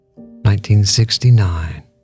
1969